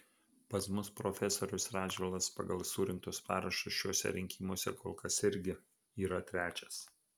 pas mus profesorius radžvilas pagal surinktus parašus šiuose rinkimuose kol kas irgi yra trečias